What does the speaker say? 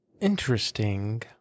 Interesting